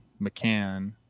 McCann